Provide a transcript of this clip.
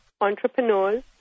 entrepreneurs